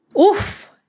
Oof